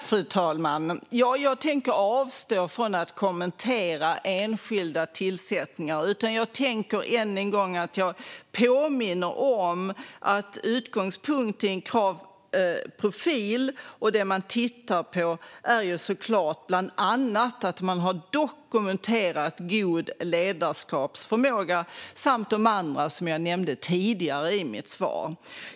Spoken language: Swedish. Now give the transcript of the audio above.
Fru talman! Jag avstår från att kommentera enskilda tillsättningar. Jag tänker i stället än en gång påminna om att utgångspunkten i en kravprofil och det man tittar på bland annat är att en person har dokumenterat god ledarskapsförmåga samt det andra som jag nämnde tidigare i mitt svar.